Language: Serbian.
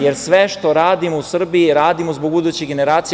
Jer, sve što radimo u Srbiji radimo zbog budućih generacija.